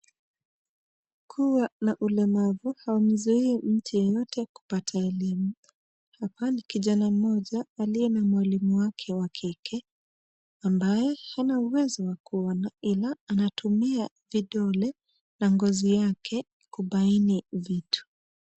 Kuwa na ulemavu haumzuii mtu yeyote kupata elimu. Hapa ni kijana mmoja aliye na mwalimu wake wa wakike ambaye hana uwezo wa kuona ila anatumia vidole na ngozi yake kubaini vitu.